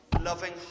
loving